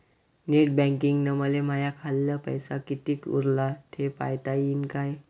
Net बँकिंगनं मले माह्या खाल्ल पैसा कितीक उरला थे पायता यीन काय?